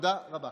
תודה רבה.